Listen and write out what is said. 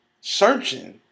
searching